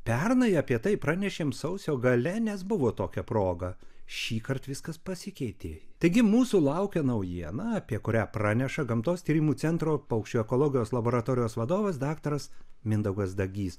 pernai apie tai pranešėm sausio gale nes buvo tokia proga šįkart viskas pasikeitė taigi mūsų laukia naujiena apie kurią praneša gamtos tyrimų centro paukščių ekologijos laboratorijos vadovas daktaras mindaugas dagys